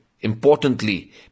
importantly